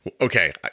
Okay